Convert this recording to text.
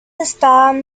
estaban